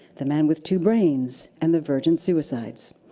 the man with two brains, and the virgin suicides.